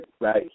right